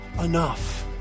enough